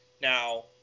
Now